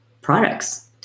products